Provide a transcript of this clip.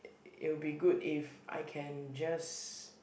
it'll be good if I can just